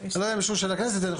אני לא יודע אם אישור של הכנסת.